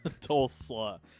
Tulsa